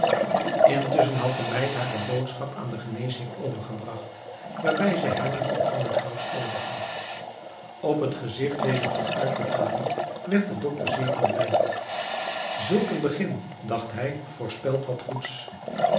intusschen had de meid hare boodschap aan den geneesheer overgebragt waarbij zij hem het ontvangen geld overgaf op het gezigt dezer vooruitbetaling werd de doctor zeer verblijd zulk een begin dacht hij voorspelt wat goeds